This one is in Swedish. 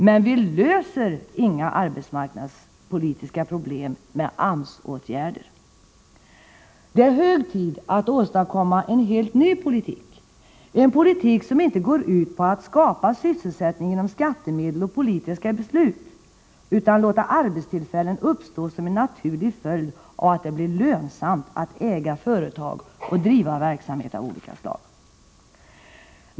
Men vi löser inga arbetsmarknadspolitiska problem med AMS-åtgärder. Det är hög tid att åstadkomma en helt ny politik, en politik som inte går ut på att ”skapa” sysselsättning genom skattemedel och politiska beslut utan låta arbetstillfällen uppstå som en naturlig följd av att det blir lönsamt att äga företag och driva verksamhet av olika slag.